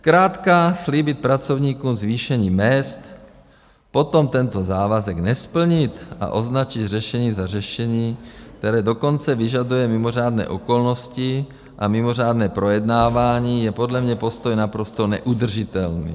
Zkrátka slíbit pracovníkům zvýšení mezd, potom tento závazek nesplnit a označit řešení za řešení, které dokonce vyžaduje mimořádné okolnosti a mimořádné projednávání, je podle mě postoj naprosto neudržitelný.